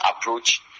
approach